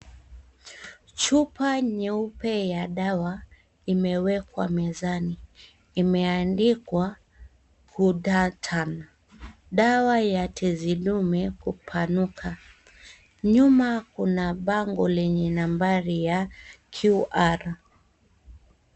Chupa nyeupe ya dawa imewekwa mezani. Imeandikwa ghudatun. Dawa ya tezidume kupanuka. Nyuma kuna bango lenye nambari ya qr.